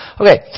Okay